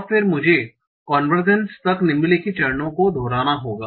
और फिर मुझे कोन्वेर्जेंस तक निम्नलिखित चरणों को दोहराना होगा